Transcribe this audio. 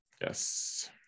Yes